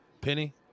Penny